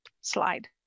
slide